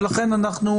ולכן אנחנו,